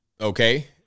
okay